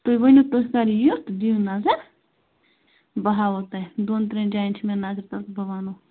تُہۍ ؤنِو تُہۍ کَر یِیِو دِیِو نَظر بہٕ ہاوہو تۄہہِ دۄن ترٛٮ۪ن جایَن چھِ مےٚ نظر تل بہٕ وَنو